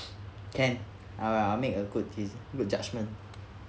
can I will I will make a good taste good judgment